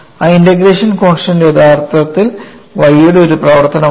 ആ integration constants യഥാർത്ഥത്തിൽ y യുടെ ഒരു പ്രവർത്തനമാണ്